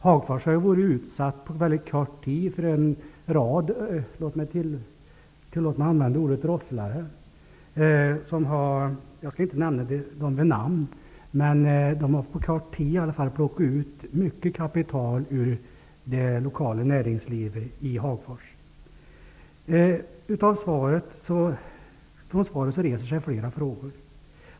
Hagfors har på mycket kort tid varit utsatt för en rad, tillåt mig använda ordet rofflare. Jag skall inte nämna dem vid namn, men de har plockat ut mycket kapital ur det lokala näringslivet i Hagfors. Utifrån svaret reser sig flera frågor.